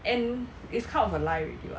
and it's kind of a lie already [what]